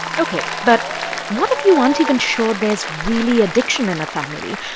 ok, but what if you aren't even sure there's really addiction in a family,